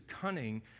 cunning